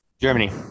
Germany